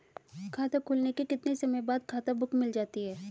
खाता खुलने के कितने समय बाद खाता बुक मिल जाती है?